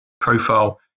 profile